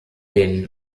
denen